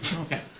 Okay